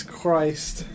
christ